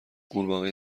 غورباغه